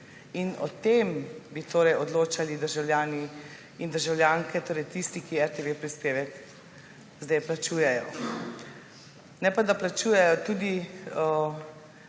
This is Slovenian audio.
In o tem bi odločali državljani in državljanke, torej tisti, ki RTV prispevek zdaj plačujejo, ne pa da plačujejo tudi